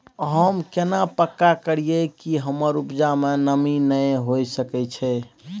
हम केना पक्का करियै कि हमर उपजा में नमी नय होय सके छै?